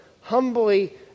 humbly